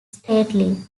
stately